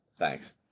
Thanks